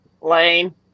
Lane